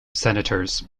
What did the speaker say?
senators